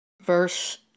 Verse